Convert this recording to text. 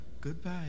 Goodbye